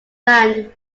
land